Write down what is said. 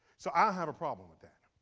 so i have a problem with that.